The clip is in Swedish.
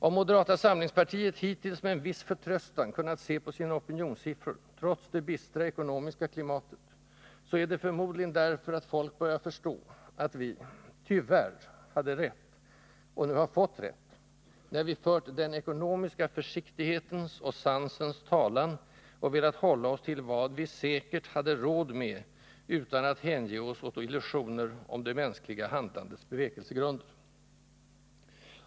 Om moderata samlingspartiet hittills med en viss förtröstan kunnat se på sina opinionssiffror, trots det bistra ekonomiska klimatet, så är det förmodligen därför att folk börjar förstå att vi, tyvärr, hade rätt — och nu har fått rätt — när vi fört den ekonomiska försiktighetens och sansens talan och velat hålla oss till vad vi säkert hade råd med utan att hänge oss åt illusioner om det mänskliga handlandets bevekelsegrunder.